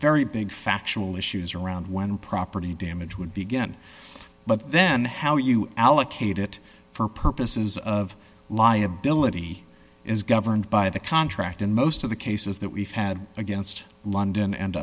very big factual issues around when property damage would begin but then how you allocate it for purposes of liability is governed by the contract in most of the cases that we've had against london and